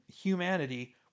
humanity